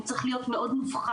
הוא צריך להיות מאוד מובחן,